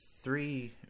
three